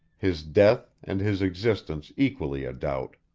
his death and his existence equally a doubt!